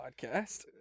podcast